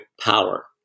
power